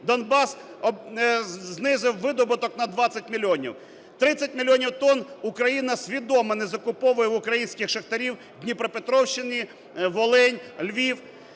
Донбас знизив видобуток на 20 мільйонів, 30 мільйонів тонн Україна свідомо не закуповує в українських шахтарів в Дніпропетровщині, Волинь, Львів.